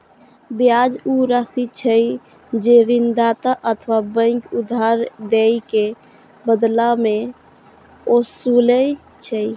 ब्याज ऊ राशि छियै, जे ऋणदाता अथवा बैंक उधार दए के बदला मे ओसूलै छै